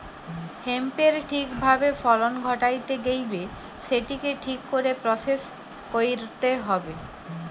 হেম্পের ঠিক ভাবে ফলন ঘটাইতে গেইলে সেটিকে ঠিক করে প্রসেস কইরতে হবে